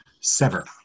Sever